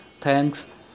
Thanks